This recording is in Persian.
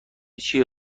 چیه